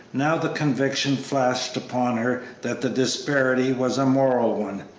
now the conviction flashed upon her that the disparity was a moral one.